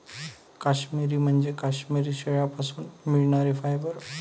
काश्मिरी म्हणजे काश्मिरी शेळ्यांपासून मिळणारे फायबर